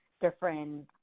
different